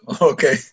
Okay